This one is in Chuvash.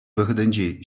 вӑхӑтӗнче